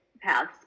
paths